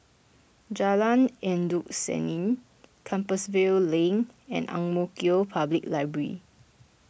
Jalan Endut Senin Compassvale Link and Ang Mo Kio Public Library